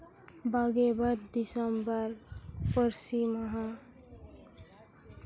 ᱵᱟᱜᱮ ᱵᱟᱨ ᱰᱤᱥᱮᱢᱵᱚᱨ ᱯᱟᱹᱨᱥᱤ ᱢᱟᱦᱟ